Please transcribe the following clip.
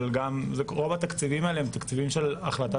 אבל רוב התקציבים האלה הם תקציבים של החלטת